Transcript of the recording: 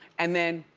and then,